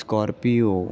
scorpio